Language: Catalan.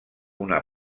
una